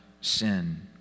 sin